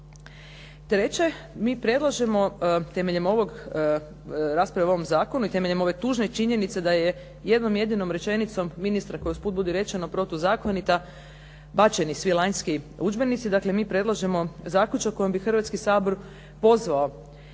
Treće. Mi predlažemo temeljem rasprave o ovom zakonu i temeljem ove tužne činjenice da je jednom jedinom rečenicom ministra, koji uz put budi rečeno protuzakonita, bačeni svi lanjski učenici. Dakle, mi predlažemo zaključak kojim bi Hrvatski sabor pozvao